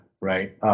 right